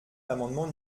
l’amendement